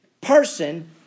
person